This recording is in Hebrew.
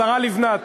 השרה לבנת,